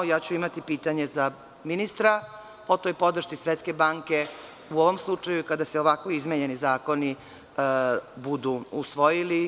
Ja ću imati pitanje za ministra o toj podršci Svetske banke u ovom slučaju kada se ovako izmenjeni zakoni budu usvojili.